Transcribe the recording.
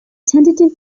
tentative